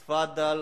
תפאדל,